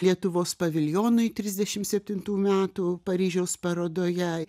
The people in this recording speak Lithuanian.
lietuvos paviljonui trisdešim septintų metų paryžiaus parodoje